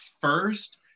first